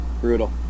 Brutal